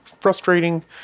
frustrating